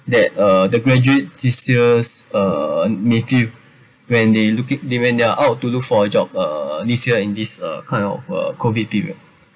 that uh the graduate this years uh may face when they look it they when they're out to look for a job uh this year in this uh kind of uh COVID period